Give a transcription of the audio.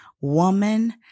woman